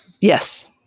Yes